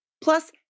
Plus